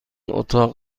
اتاق